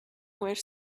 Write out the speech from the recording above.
were